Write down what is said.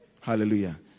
hallelujah